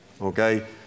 Okay